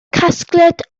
casgliad